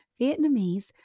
Vietnamese